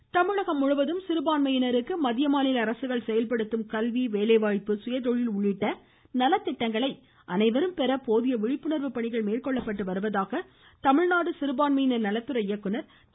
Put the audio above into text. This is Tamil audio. வள்ளலார் மாநில தமிழகம் முழுவதும் சிறுபான்மையினருக்கு மத்திய செயல்படுத்தும் கல்வி வேலைவாய்ப்பு சுயதொழில் உள்ளிட்ட நலத்திட்டங்களை அனைவரும் பெற போதிய விழிப்புணர்வு பணிகள் மேற்கொள்ளப்பட்டு வருவதாக தமிழ்நாடு சிறுபான்மையினர் நலத்துறை இயக்குனர் திரு